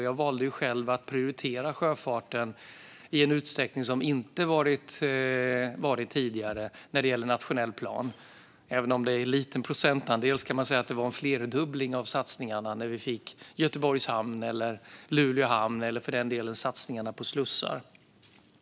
Jag valde själv att prioritera sjöfarten i en utsträckning som inte setts tidigare när det gäller nationell plan. Även om det var en liten procentandel kan man säga att det var en flerdubbling av satsningarna när vi fick Göteborgs hamn, Luleå hamn eller för den delen satsningarna på slussar.